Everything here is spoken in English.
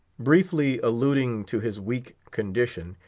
briefly alluding to his weak condition,